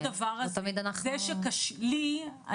כל הדבר הזה, קשה לי.